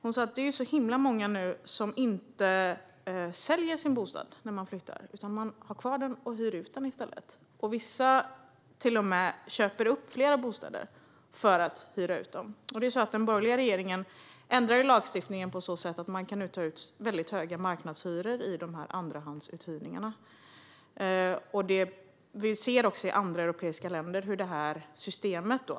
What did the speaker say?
Hon sa att det nu är himla många som inte säljer sin bostad när de flyttar utan i stället har kvar den och hyr ut den. Vissa köper till och med flera bostäder för att hyra ut dem. Den borgerliga regeringen ändrade lagstiftningen på så sätt att man nu kan ta ut väldigt höga marknadshyror vid andrahandsuthyrning. Vi ser det systemet också i andra europeiska länder.